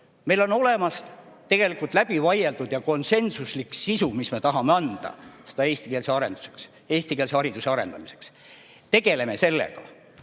Meil on olemas tegelikult läbi vaieldud ja konsensuslik sisu, mis me tahame anda eestikeelse hariduse arendamiseks. Tegeleme sellega.